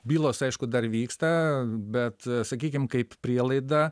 bylos aišku dar vyksta bet sakykim kaip prielaida